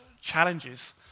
challenges